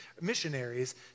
missionaries